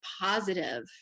positive